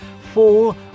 fall